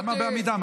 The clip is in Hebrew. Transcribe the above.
למה בעמידה?